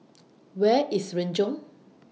Where IS Renjong